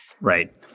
Right